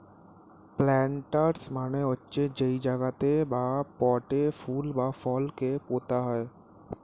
planters মানে হচ্ছে যেই জায়গাতে বা পটে ফুল বা ফল কে পোতা হয়